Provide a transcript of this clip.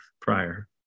prior